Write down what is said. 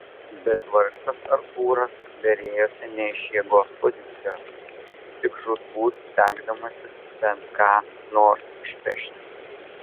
bet vargšas artūras derėjosi ne iš jėgos pozicijos tik žūtbūt stengdamasis bent ką nors išpešti